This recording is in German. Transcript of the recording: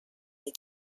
die